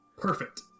perfect